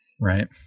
Right